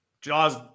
Jaws